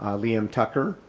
liam tucker,